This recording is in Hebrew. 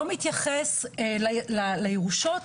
הוא לא מתייחס לירושות,